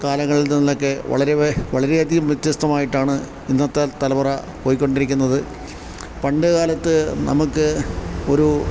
കാലങ്ങളിൽ നിന്നൊക്കെ വളരെ വളരെയധികം വ്യത്യസ്തമായിട്ടാണ് ഇന്നത്തെ തലമുറ പോയ്ക്കൊണ്ടിരിക്കുന്നത് പണ്ടുകാലത്ത് നമുക്ക് ഒരു